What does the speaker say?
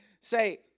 say